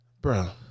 Bro